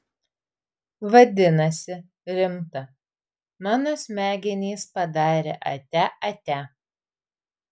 vadinasi rimta mano smegenys padarė atia atia